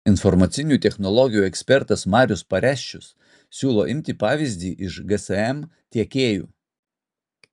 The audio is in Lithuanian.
informacinių technologijų ekspertas marius pareščius siūlo imti pavyzdį iš gsm tiekėjų